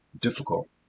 difficult